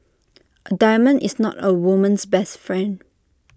A diamond is not A woman's best friend